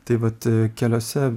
tai vat keliose